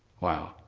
wow!